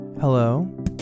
Hello